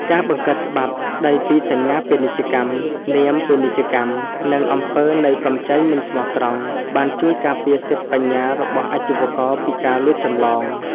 ការបង្កើតច្បាប់ស្ដីពីសញ្ញាពាណិជ្ជកម្ម នាមពាណិជ្ជកម្ម និងអំពើនៃកម្ចីមិនស្មោះត្រង់ បានជួយការពារសិទ្ធិបញ្ញារបស់អាជីវករពីការលួចចម្លង។